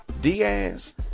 Diaz